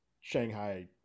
shanghai